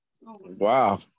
Wow